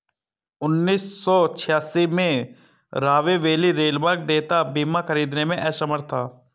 उन्नीस सौ छियासी में, राहवे वैली रेलमार्ग देयता बीमा खरीदने में असमर्थ था